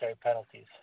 penalties